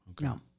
no